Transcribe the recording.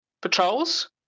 patrols